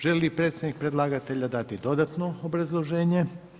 Želi li predstavnik predlagatelja dati dodatno obrazloženje?